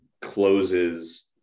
closes